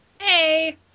hey